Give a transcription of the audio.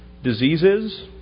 Diseases